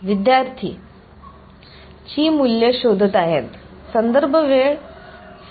विद्यार्थीः ची मूल्ये शोधत आहे